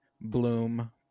Bloom